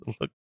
look